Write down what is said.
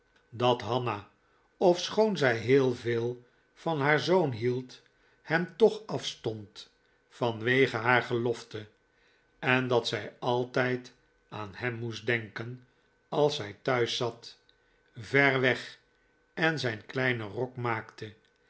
dat hanna ofschoon zij heel veel van haar zoon hield hem toch afstond van wege haar gelofte en dat zij altijd aan hem moest denken als zij thuis zat ver weg en zijn kleinen rok maakte